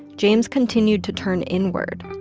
james continued to turn inward.